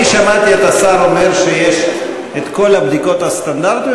שמעתי את השר אומר שיש כל הבדיקות הסטנדרטיות,